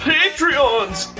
Patreons